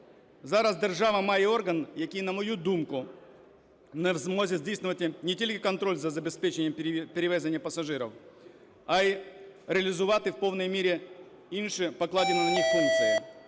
Зараз держава має орган, який, на мою думку, не в змозі здійснювати не тільки контроль за забезпеченням перевезення пасажирів, а й реалізувати в повній мірі інші покладені на нього функції.